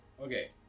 Okay